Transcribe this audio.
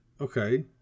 okay